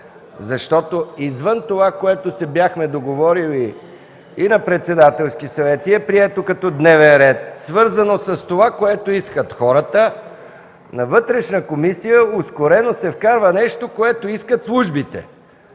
Извън това, което се бяхме договорили и на Председателски съвет, и е прието като дневен ред, свързано с това, което хората искат, във Вътрешната комисия ускорено се вкарва нещо, което искат службите.